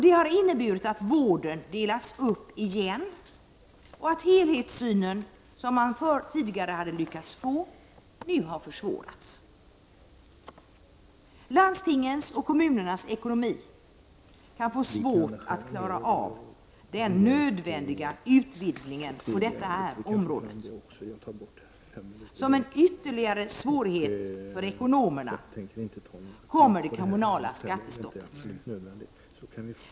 Det har inneburit att vården delas upp på nytt och att den helhetssyn man tidigare hade lyckats få nu har försvårats. Landstingens och kommunernas ekonomi kan få svårt att klara av den nödvändiga utvidgningen på detta område. Som en ytterligare svårighet för ekonomerna kommer det kommunala skattestoppet.